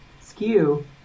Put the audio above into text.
skew